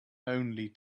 only